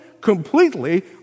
completely